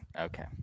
Okay